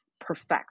perfect